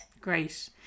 great